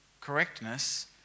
correctness